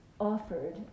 offered